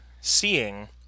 seeing